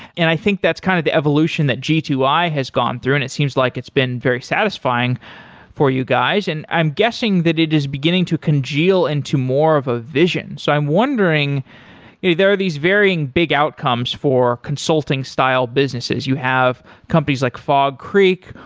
and i think that's kind of the evolution that g two i has gone through and it seems like it's been very satisfying for you guys. and i'm guessing that it is beginning to congeal into more of vision, so i'm wondering there are these varying big outcomes for consulting style businesses you have companies like fog creek,